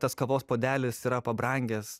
tas kavos puodelis yra pabrangęs